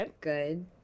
Good